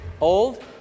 old